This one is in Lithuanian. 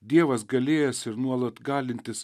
dievas galėjęs ir nuolat galintis